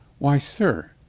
why, sir,